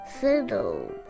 fiddle